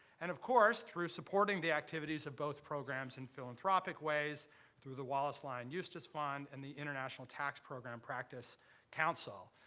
and of course, through supporting the activities of both programs in philanthropic ways through the wallace-lyon-eustice fund and the international tax program practice council.